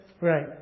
Right